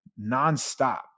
nonstop